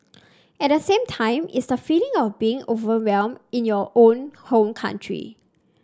at the same time it's the feeling of being overwhelmed in your own home country